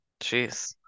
jeez